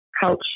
culture